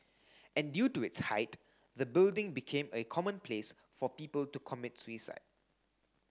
and due to its height the building became a common place for people to commit suicide